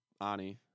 Ani